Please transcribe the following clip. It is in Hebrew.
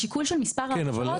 השיקול של מספר ההרשעות